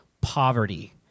Poverty